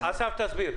אסף, תסביר.